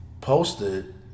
posted